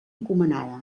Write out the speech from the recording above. encomanada